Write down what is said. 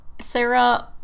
Sarah